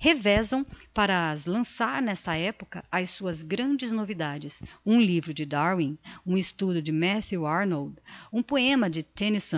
reservam para as lançar n'esta epocha as suas grandes novidades um livro de darwin um estudo de matthew arnold um poema de